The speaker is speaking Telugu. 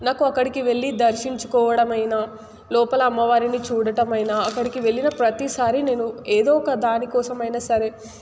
నాకు అక్కడికి వెళ్లి దర్శించుకోవడం అయినా లోపల అమ్మవారిని చూడటమైనా అక్కడికి వెళ్ళిన ప్రతిసారి నేను ఏదో ఒక దాని కోసమైనా సరే